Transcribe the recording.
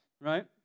Right